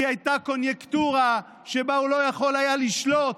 כי הייתה קוניונקטורה שבה הוא לא יכול היה לשלוט